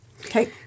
Okay